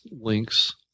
links